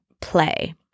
play